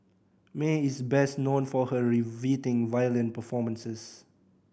Mae is best known for her riveting violin performances